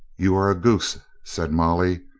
you are a goose, said molly.